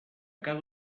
cada